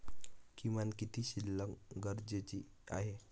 किमान किती शिल्लक गरजेची आहे?